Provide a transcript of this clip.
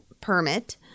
permit